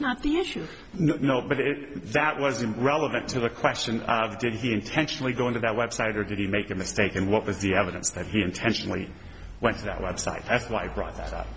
not the issue no but if that wasn't relevant to the question of did he intentionally go into that website or did he make a mistake and what was the evidence that he intentionally went to that website that's why i brought that up